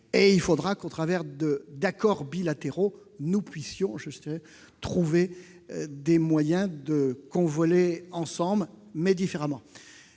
et il faudra que, au travers d'accords bilatéraux, nous puissions trouver des moyens de convoler, ensemble mais différemment.